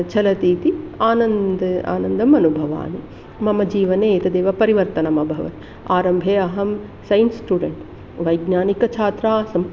चलति इति आनन्द् आनन्दम् अनुभवामि मम जीवने एतदेव परिवर्तनम् अभवत् आरम्भे अहं सैन्स् स्टूडेन्ट् वैज्ञानिकछात्रा आसम्